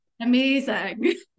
amazing